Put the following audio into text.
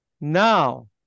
Now